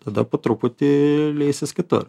tada po truputį leisis kitur